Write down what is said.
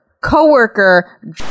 coworker